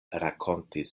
rakontis